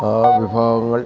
ആ വിഭാഗങ്ങൾ